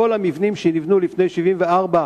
כל המבנים שנבנו לפני 1974,